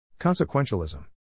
Consequentialism